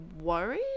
worried